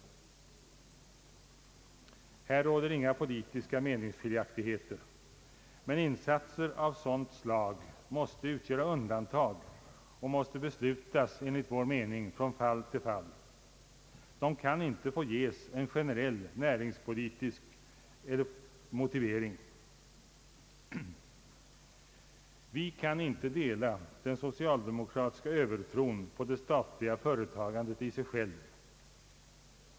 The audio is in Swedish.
Här råder inga politiska meningsskiljaktigheter. Men insatser av sådant slag måste utgöra undantag och måste enligt vår mening beslutas från fall till fall. De kan inte få ges en generell, näringspolitisk motivering. Vi kan inte dela den socialdemokratiska övertron på det statliga företagandet i sig självt.